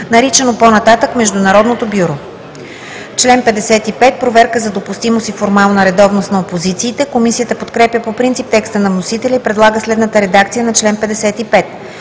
наричано по-нататък „Международното бюро“.“ „Член 55 – Проверка за допустимост и формална редовност на опозициите“. Комисията подкрепя по принцип текста на вносителя и предлага следната редакция на чл. 55: